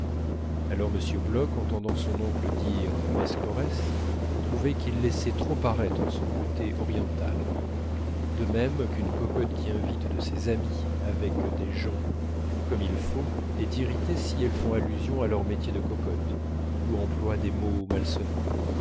alors m bloch entendant son oncle dire meschorès trouvait qu'il laissait trop paraître son côté oriental de même qu'une cocotte qui invite ses amies avec des gens comme il faut est irritée si elles font allusion à leur métier de cocotte ou emploient des mots malsonnants